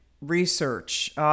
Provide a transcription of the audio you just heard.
research